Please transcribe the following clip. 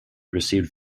received